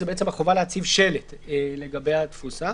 זאת בעצם החובה להציב שלט לגבי התפוסה.